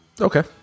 okay